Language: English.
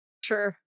Sure